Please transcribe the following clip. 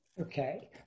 Okay